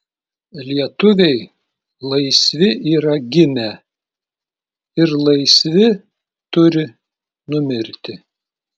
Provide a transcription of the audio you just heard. lietuviai laisvi yra gimę ir laisvi turi numirti